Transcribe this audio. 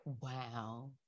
Wow